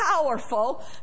powerful